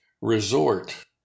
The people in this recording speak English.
resort